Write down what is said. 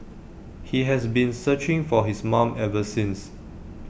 he has been searching for his mom ever since